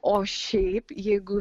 o šiaip jeigu